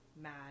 mad